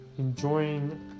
Enjoying